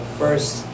first